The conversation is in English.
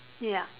ya